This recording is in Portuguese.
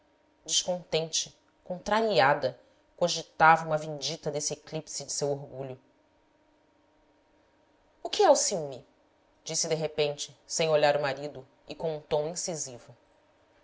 descontente contrariada cogitava uma vindita desse eclipse de seu orgulho o que é o ciúme disse de repente sem olhar o marido e com um tom incisivo